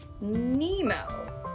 Nemo